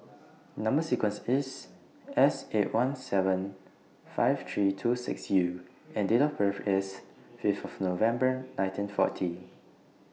Number sequence IS S eight one seven five three two six U and Date of birth IS Fifth November nineteen forty